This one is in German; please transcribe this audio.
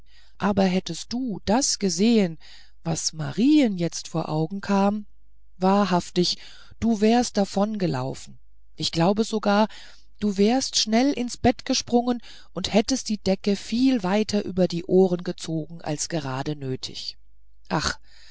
aber hättest du das gesehen was marien jetzt vor augen kam wahrhaftig du wärst davongelaufen ich glaube sogar du wärst schnell ins bette gesprungen und hättest die decke viel weiter über die ohren gezogen als gerade nötig ach